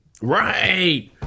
Right